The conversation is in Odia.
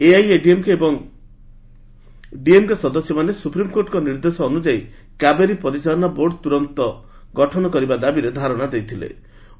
ଏଆଇଏଡିଏମ୍କେ ଏବଂ ଡିଏମ୍କେ ସଦସ୍ୟମାନେ ସୁପ୍ରିମ୍କୋର୍ଟଙ୍କ ନିର୍ଦ୍ଦେଶ ଅନୁଯାୟୀ କାବେରୀ ପରିଚାଳନା ବୋର୍ଡ଼ ତୁରନ୍ତ ଗଠନ କରିବା ଦାବିରେ ଧାରଣା ଦେଇଥିବା ଦେଖାଯାଇଥିଲା